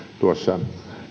tuossa